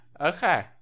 okay